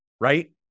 right